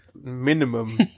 minimum